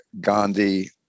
Gandhi